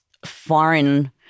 foreign